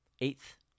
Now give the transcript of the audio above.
eighth